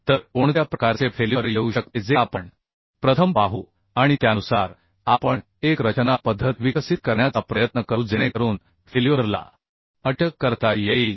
तर कोणत्या प्रकारचे फेल्युअर येऊ शकते जे आपण प्रथम पाहू आणि त्यानुसार आपण एक रचना पद्धत विकसित करण्याचा प्रयत्न करू जेणेकरून फेल्युअरला अटक करता येईल